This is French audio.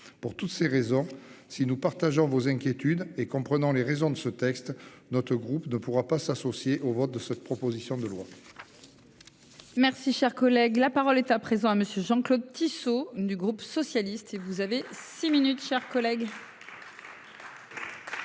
pour toutes ces raisons. Si nous partageons vos inquiétudes et comprenant les raisons de ce texte. Notre groupe ne pourra pas s'associer au vote de cette proposition de loi.-- Merci, cher collègue, la parole est à présent à monsieur Jean-Claude Tissot du groupe socialiste et vous avez six minutes, chers collègues.